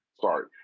sorry